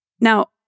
Now